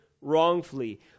wrongfully